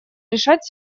решать